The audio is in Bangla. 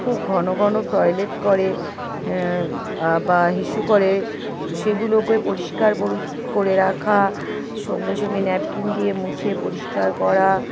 খুব ঘন ঘন টয়লেট করে বা হিশু করে তো সেগুলোকে পরিষ্কার পরি করে রাখা সঙ্গে সঙ্গে ন্যাপকিন দিয়ে মুছে পরিষ্কার করা